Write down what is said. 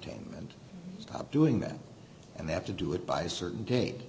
team and stop doing that and they have to do it by a certain date